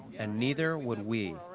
and neither would we.